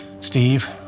Steve